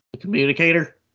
communicator